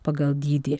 pagal dydį